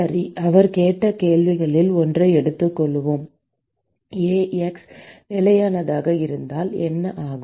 சரி அவர் கேட்ட கேள்விகளில் ஒன்றை எடுத்துக்கொள்வோம் A x நிலையானதாக இருந்தால் என்ன ஆகும்